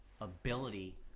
ability